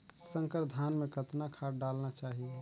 संकर धान मे कतना खाद डालना चाही?